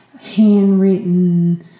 handwritten